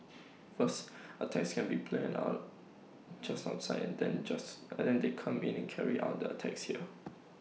first attacks can be planned on just outside and then just and they come in and carry out the attacks here